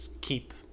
keep